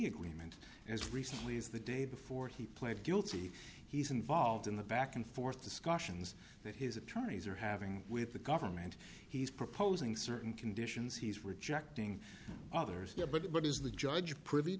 agreement as recently as the day before he pled guilty he's involved in the back and forth discussions that his attorneys are having with the government he's proposing certain conditions he's rejecting others there but his the judge privy to